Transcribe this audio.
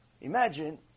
Imagine